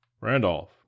Randolph